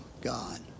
God